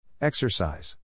Exercise